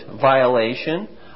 violation